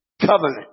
covenant